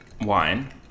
wine